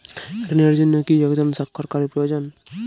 ঋণের জন্য কি একজন স্বাক্ষরকারী প্রয়োজন?